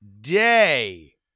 day